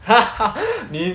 你